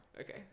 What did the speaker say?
Okay